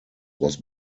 was